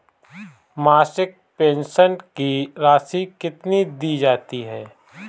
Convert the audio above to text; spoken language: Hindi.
मासिक पेंशन की राशि कितनी दी जाती है?